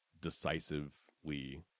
decisively